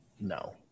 No